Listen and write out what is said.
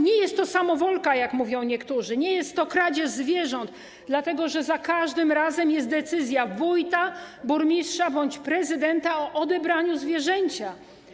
Nie jest to samowolka, jak mówią niektórzy, nie jest to kradzież zwierząt, dlatego że za każdym razem jest decyzja wójta, burmistrza bądź prezydenta o odebraniu zwierzęcia.